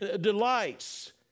delights